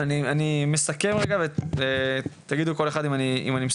אני מסכם רגע ותגידו כל אחד אם אני מסכם